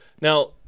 Now